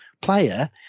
player